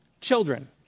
children